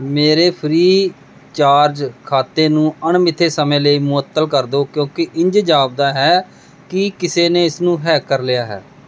ਮੇਰੇ Freecharge ਖਾਤੇ ਨੂੰ ਅਣਮਿੱਥੇ ਸਮੇਂ ਲਈ ਮੁਅੱਤਲ ਕਰ ਦੋ ਕਿਉਂਕਿ ਇੰਝ ਜਾਪਦਾ ਹੈ ਕਿ ਕਿਸੇ ਨੇ ਇਸਨੂੰ ਹੈਕ ਕਰ ਲਿਆ ਹੈ